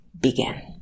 begin